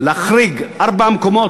להחריג ארבעה מקומות,